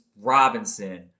Robinson